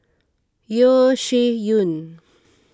Yeo Shih Yun